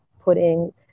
putting